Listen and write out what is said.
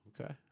Okay